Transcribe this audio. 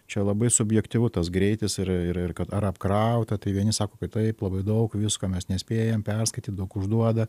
čia labai subjektyvu tas greitis ir ir kad ar apkrauta tai vieni sako kad taip labai daug visko mes nespėjam perskaityt daug užduoda